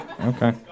Okay